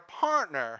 partner